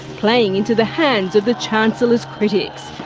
playing into the hands of the chancellor's critics.